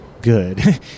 Good